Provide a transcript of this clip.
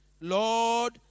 Lord